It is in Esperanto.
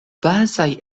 bazaj